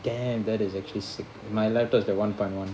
and that is actually s~ my laptop is like one point one